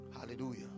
hallelujah